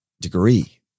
degree